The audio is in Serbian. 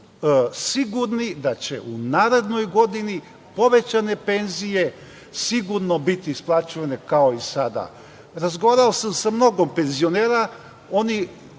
sigurni da će u narednoj godini povećane penzije sigurno biti isplaćivane kao i sada. Razgovarao sam sa mnogo penzionera i oni